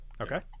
Okay